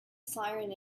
siren